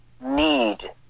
need